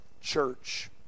church